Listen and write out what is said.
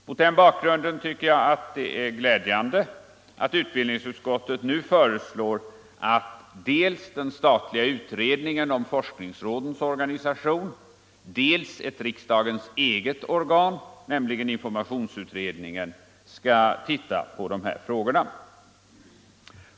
Mot den bakgrunden tycker jag att det är glädjande att utbildningsutskottet nu föreslår att dels den statliga utredningen om forskningsrådens organisation, dels ett riksdagens eget organ, nämligen informationsutredningen, skall titta på dessa frågor.